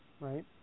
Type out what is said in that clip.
Right